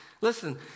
Listen